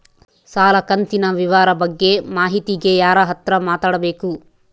ಸಾಲ ಕಂತಿನ ವಿವರ ಬಗ್ಗೆ ಮಾಹಿತಿಗೆ ಯಾರ ಹತ್ರ ಮಾತಾಡಬೇಕು?